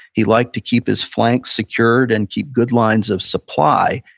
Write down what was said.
he'd like to keep his flanks secured and keep good lines of supply.